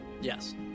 Yes